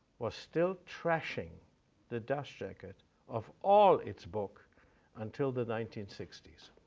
was still trashing the dust jacket of all its book until the nineteen sixty s.